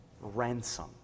ransom